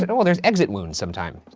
you know well, there's exit wounds sometimes,